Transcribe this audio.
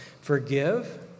Forgive